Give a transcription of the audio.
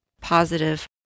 positive